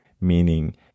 meaning